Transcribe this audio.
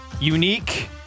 Unique